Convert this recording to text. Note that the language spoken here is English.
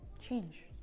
Change